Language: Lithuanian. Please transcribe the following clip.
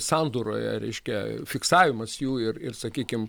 sandūroje reiškia fiksavimas jų ir ir sakykim